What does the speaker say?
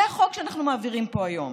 זה החוק שאנחנו מעבירים פה היום.